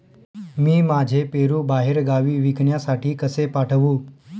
मी माझे पेरू बाहेरगावी विकण्यासाठी कसे पाठवू?